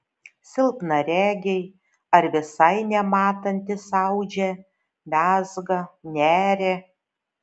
silpnaregiai ar visai nematantys audžia mezga neria